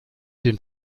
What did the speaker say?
den